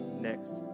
next